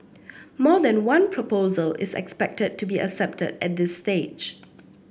more than one proposal is expected to be accepted at this stage